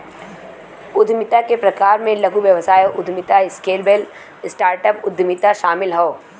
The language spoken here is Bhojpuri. उद्यमिता के प्रकार में लघु व्यवसाय उद्यमिता, स्केलेबल स्टार्टअप उद्यमिता शामिल हौ